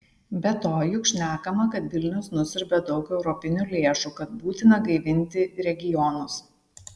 be to juk šnekama kad vilnius nusiurbia daug europinių lėšų kad būtina gaivinti regionus